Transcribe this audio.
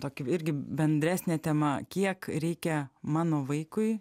tokį irgi bendresne tema kiek reikia mano vaikui